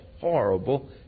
horrible